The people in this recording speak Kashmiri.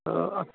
تہٕ اَتھ